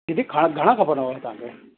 दीदी खा घणा खपंदव तव्हां खे